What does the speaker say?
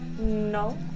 No